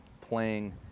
playing